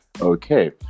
Okay